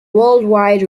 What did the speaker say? worldwide